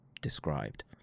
described